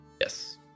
Yes